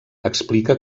explica